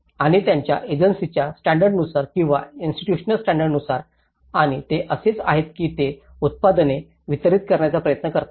आणि त्यांच्या एजन्सीच्या स्टॅंडर्डनुसार किंवा इन्स्टिट्यूशनल स्टॅंडर्डनुसार आणि ते असेच आहेत की ते उत्पादने वितरीत करण्याचा प्रयत्न करतात